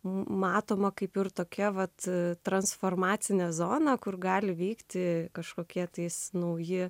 matoma kaip ir tokia vat transformacine zona kur gali vykti kažkokie trys nauji